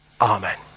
Amen